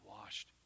washed